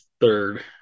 third